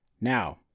Now